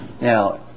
Now